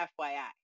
FYI